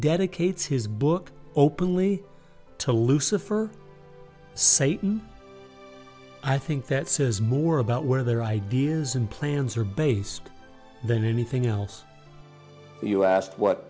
dedicates his book openly to lucifer satan i think that says more about where their ideas and plans are based than anything else and you asked what